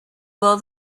will